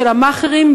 של המאכערים,